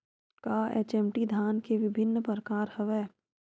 का एच.एम.टी धान के विभिन्र प्रकार हवय?